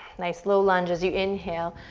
nice, low lunge as you inhale,